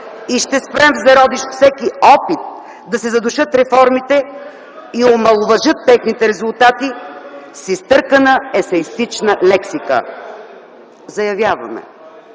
и ще спрем в зародиш всеки опит да се задушат реформите и омаловажат техните резултати с изтъркана есеистична лексика. (Реплики